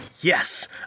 Yes